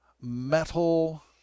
metal